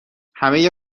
همه